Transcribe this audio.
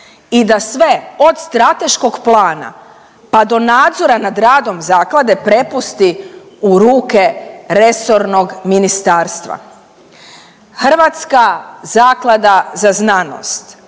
i da sve od strateškog plana pa do nadzora nad radom zaklade prepusti u ruke resornog ministarstva. Hrvatska zaklada za znanost